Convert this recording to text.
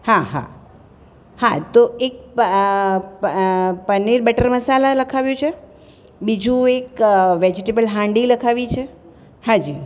હા હા હા તો એક પનીર બટર મસાલા લખાવ્યું છે બીજું એક વેજીટેબલ હાંડી લખાવી છે હા જી